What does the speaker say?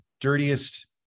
dirtiest